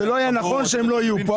זה לא יהיה נכון שהם לא יהיו כאן.